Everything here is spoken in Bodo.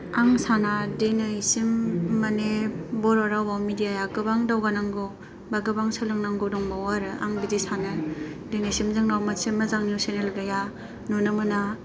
आं साना दिनैसिम माने बर' रावाव मिडियाया गोबां दावगानांगौ बा गोबां सोलोंनांगौ दंबावो आरो आं बिदि सानो दिनैसिम जोंनाव मोनसे मोजां सेनेल गैया नुनो मोना